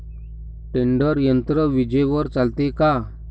Tedder यंत्र विजेवर चालते का?